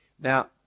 Now